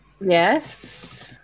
Yes